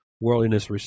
worldliness